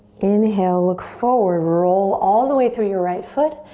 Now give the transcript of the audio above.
inhale, look forward. roll all the way through your right foot.